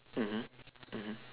mmhmm mmhmm